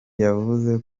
yavuze